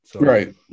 Right